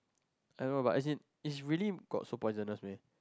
I know but as in it's really got food poisonous meh